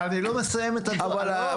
אבל אני לא מסיים את הדוח, אני נורא מצטער.